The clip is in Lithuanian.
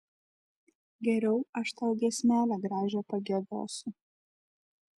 geriau aš tau giesmelę gražią pagiedosiu